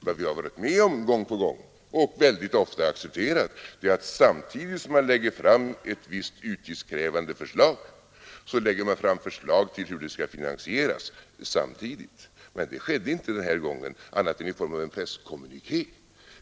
Vad vi har varit med om gång på gång och mycket ofta accepterat är att man samtidigt som man lägger fram ett visst utgiftskrävande förslag anger hur det skulle kunna finansieras. Men det skedde inte denna gång annat än i form av en presskommuniké.